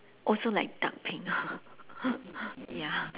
also like dark pink ya